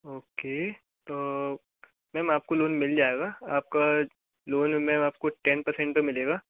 okay तो ma'am आपको loan मिल जाएगा आपका लोन मैम आपको टेन पर्सेंट पे मिलेगा